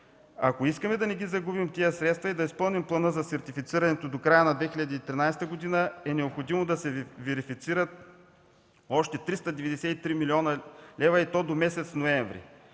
Ако искаме да не загубим тези средства и да изпълним плана за сертифицирането до края на 2013 г., е необходимо да се верифицират още 393 млн. лв., и то до месец ноември.